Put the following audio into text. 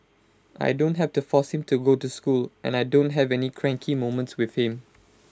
I don't have to force him to go to school and I don't have any cranky moments with him